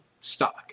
stock